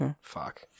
Fuck